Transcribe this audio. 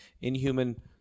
inhuman